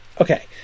Okay